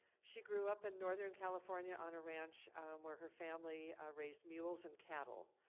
she grew up in northern california on a ranch where her family raised mules and cattle.